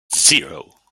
zero